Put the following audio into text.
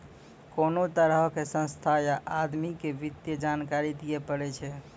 कोनो तरहो के संस्था या आदमी के वित्तीय जानकारी दियै पड़ै छै